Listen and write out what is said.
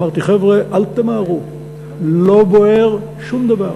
אמרתי: חבר'ה, אל תמהרו, לא בוער שום דבר.